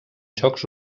jocs